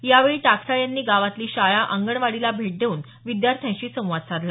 यावेळी टाकसाळे यांनी गावातली शाळा अंगणवाडीला भेट देऊन विद्यार्थ्यांशी संवाद साधला